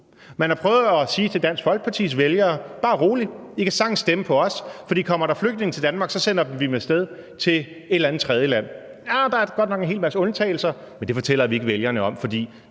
Man har prøvet at sige til Dansk Folkepartis vælgere: Bare rolig, I kan sagtens stemme på os, for kommer der flygtninge til Danmark, sender vi dem af sted til et eller andet tredjeland; der er godt nok en hel masse undtagelser, men det fortæller vi ikke vælgerne om, for